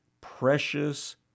precious